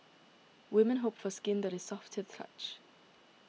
women hope for skin that is soft to the touch